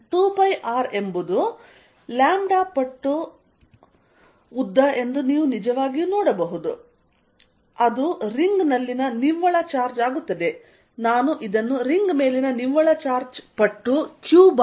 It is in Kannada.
2πR ಎಂಬುದು ಲ್ಯಾಂಬ್ಡಾ ಪಟ್ಟು ಉದ್ದ ಎಂದು ನೀವು ನಿಜವಾಗಿಯೂ ನೋಡಬಹುದು ಅದು ರಿಂಗ್ನಲ್ಲಿನ ನಿವ್ವಳ ಚಾರ್ಜ್ ಆಗುತ್ತದೆ